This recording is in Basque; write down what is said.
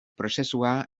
prozesua